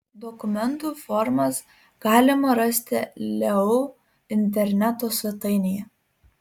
dokumentų formas galima rasti leu interneto svetainėje